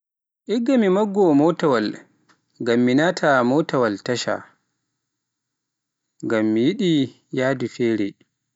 Igga mi maggo mootawaal ngam mi naata motawaal tasha, ngam mi yiɗi yahdu fere.